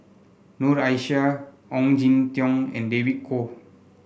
Noor Aishah Ong Jin Teong and David Kwo